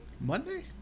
Monday